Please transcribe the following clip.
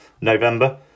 November